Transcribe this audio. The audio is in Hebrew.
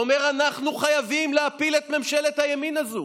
והוא אומר: אנחנו חייבים להפיל את ממשלת הימין הזאת: